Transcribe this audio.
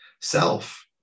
self